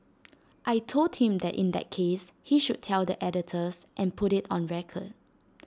I Told him that in that case he should tell the editors and put IT on record